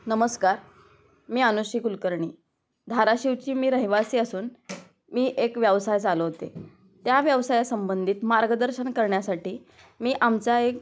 नमस्कार मी अनुश्री कुलकर्णी धाराशिवची मी रहिवासी असून मी एक व्यवसाय चालवते त्या व्यवसाया संबंधित मार्गदर्शन करण्यासाठी मी आमचा एक